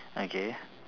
okay